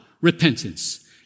repentance